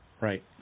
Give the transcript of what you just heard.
Right